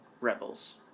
Rebels